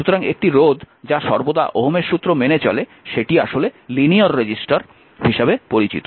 সুতরাং একটি রোধ যা সর্বদা ওহমের সূত্র মেনে চলে সেটি লিনিয়ার রেজিস্টার হিসাবে পরিচিত